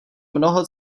mnoho